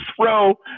throw